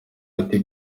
ati